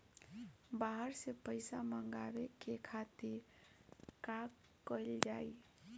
बाहर से पइसा मंगावे के खातिर का कइल जाइ?